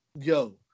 yo